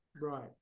Right